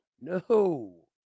No